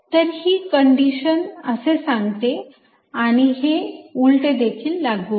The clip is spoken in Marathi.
तर ही कंडिशन असे सांगते आणि हे उलटे देखील लागू आहे